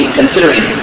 considering